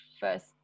first